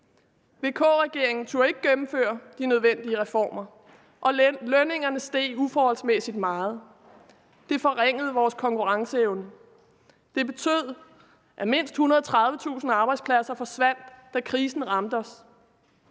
VK-regeringen turde ikke gennemføre de nødvendige reformer, og lønningerne steg uforholdsmæssigt meget, og det forringede vores konkurrenceevne. Det betød, at mindst 130.000 arbejdspladser forsvandt, da krisen ramte os,